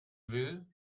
will